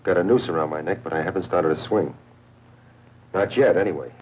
did get a noose around my neck but i haven't started to swing that yet anyway